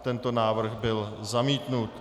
Tento návrh byl zamítnut.